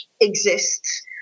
exists